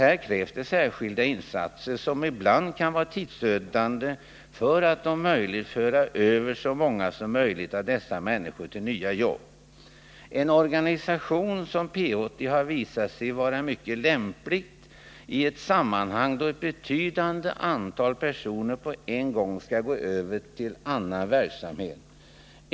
Här krävs särskilda insatser, som ibland kan vara tidsödande, för att om möjligt föra över så många som möjligt av dessa människor till nya jobb. En organisation som P 80 har visat sig vara mycket lämplig när ett betydande antal personer på en gång skall gå över till annan verksamhet.